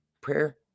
prayer